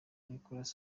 nicolas